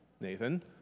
Nathan